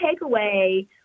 takeaway